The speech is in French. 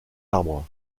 arbres